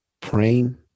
praying